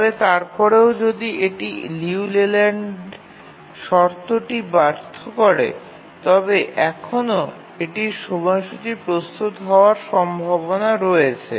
তবে তারপরেও যদি এটি লিউ লেল্যান্ড শর্তটি ব্যর্থ করে তবে এখনও এটির সময়সূচী প্রস্তুত হওয়ার সম্ভাবনা রয়েছে